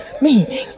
meaning